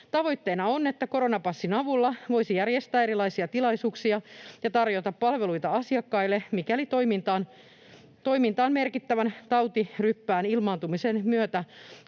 Tavoitteena on, että koronapassin avulla voisi järjestää erilaisia tilaisuuksia ja tarjota palveluita asiakkaille, mikäli toimintaan merkittävän tautiryppään ilmaantumisen myötä